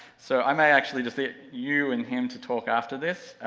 so i may actually just get you and him to talk after this.